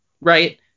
Right